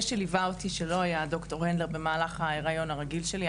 שליווה אותי במהלך ההיריון הרגיל שלי,